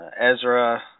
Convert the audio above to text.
Ezra